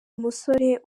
umusore